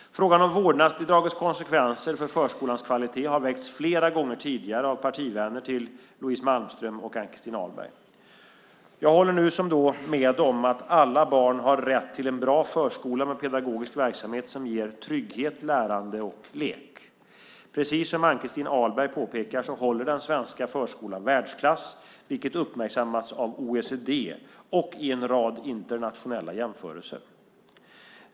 Frågan om vårdnadsbidragets konsekvenser för förskolans kvalitet har väckts flera gånger tidigare av partivänner till Louise Malmström och Ann-Christin Ahlberg. Jag håller nu som då med om att alla barn har rätt till en bra förskola med pedagogisk verksamhet som ger trygghet, lärande och lek. Precis som Ann-Christin Ahlberg påpekar håller den svenska förskolan världsklass, vilket har uppmärksammats av OECD och i en rad internationella jämförelser.